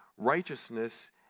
Righteousness